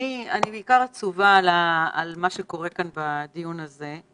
אני בעיקר עצובה על מה שקורה בדיון הזה.